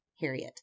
Harriet